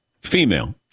Female